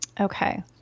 Okay